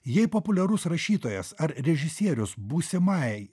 jei populiarus rašytojas ar režisierius būsimai